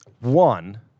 One